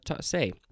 say